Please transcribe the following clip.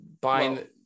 buying